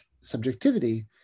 subjectivity